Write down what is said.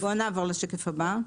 בוא נעבור לשקף הבא.